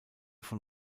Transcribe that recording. von